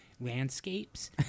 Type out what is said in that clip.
landscapes